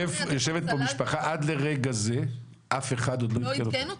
יושבת פה משפחה עד לרגע זה אף אחד עוד לא עדכן אותם.